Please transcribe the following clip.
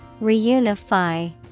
Reunify